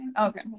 okay